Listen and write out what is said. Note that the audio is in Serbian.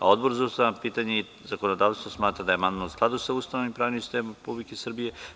Odbor za ustavna pitanja i zakonodavstvo smatra da je amandman u skladu sa Ustavom i pravnim sistemom Republike Srbije.